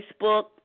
Facebook